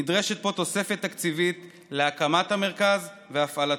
נדרשת פה תוספת תקציבית להקמת המרכז והפעלתו.